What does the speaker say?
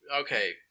okay